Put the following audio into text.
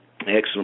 Excellent